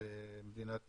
במדינת ישראל.